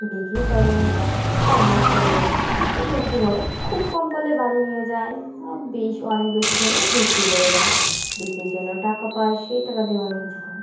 বিক্রি করে কম মছ পড়লে ও বিক্রি করে খুব কম পড়লে বাড়ি নিয়ে যায় আর বেশ অনেক বেশি হলে বিক্রি করে দেয় বিক্রির জন্য টাকা পায় সেই টাকা দিয়ে অন্য কিছু করে